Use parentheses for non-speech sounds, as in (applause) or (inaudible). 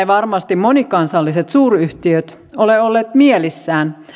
(unintelligible) varmasti monikansalliset suuryhtiöt ole olleet mielissään